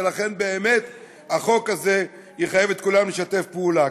ולכן באמת החוק הזה יחייב את כולם לשתף פעולה.